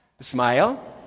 Smile